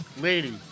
Lady